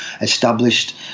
established